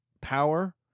power